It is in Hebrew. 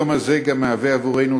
היום הזה הוא גם תמרור עבורנו: